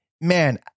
Man